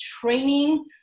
training